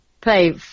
Play